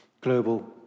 global